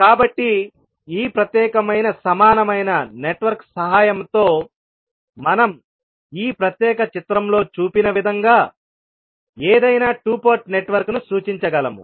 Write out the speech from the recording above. కాబట్టి ఈ ప్రత్యేకమైన సమానమైన నెట్వర్క్ సహాయంతో మనం ఈ ప్రత్యేక చిత్రంలో చూపిన విధంగా ఏదైనా 2 పోర్ట్ నెట్వర్క్ను సూచించగలము